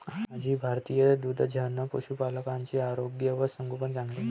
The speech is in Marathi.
आजही भारतीय दुग्धजन्य पशुपालकांचे आरोग्य व संगोपन चांगले नाही आहे